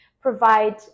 Provide